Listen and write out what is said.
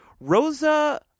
Rosa